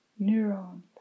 neuron